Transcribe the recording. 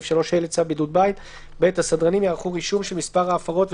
אמצעי דיגיטלי לספירת הנכנסים בשערי השוק והיוצאים ממנו,